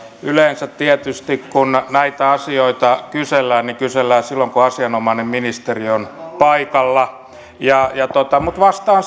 yleensä tietysti kun näitä asioita kysellään niin kysellään silloin kun asianomainen ministeri on paikalla mutta vastaan